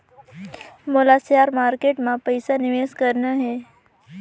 मोला share market मां पइसा निवेश करना हे?